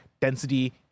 density